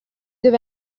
dove